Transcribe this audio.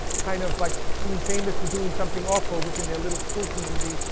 kind of like being famous for doing something awful within their little school community,